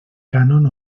cànon